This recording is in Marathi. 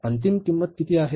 तर अंतिम किंमत किती आहे